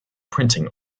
printing